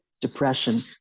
depression